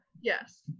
yes